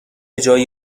جای